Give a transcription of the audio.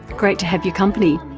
great to have your company,